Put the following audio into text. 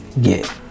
get